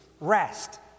rest